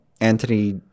Anthony